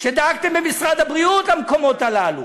שדאגתם במשרד הבריאות למקומות הללו,